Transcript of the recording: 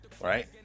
Right